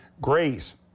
grace